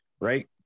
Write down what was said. right